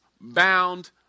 bound